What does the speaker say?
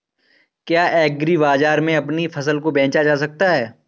क्या एग्रीबाजार में अपनी फसल को बेचा जा सकता है?